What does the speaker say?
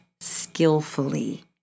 skillfully